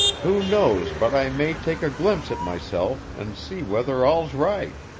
who knows but i may take a glimpse at myself, and see whether all's right